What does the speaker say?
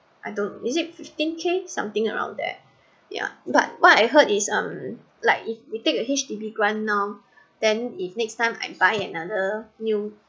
I don't is it fifteen K something around there yeah but what I heard is um like if we take a H_D_B grant now then if next time I buy another new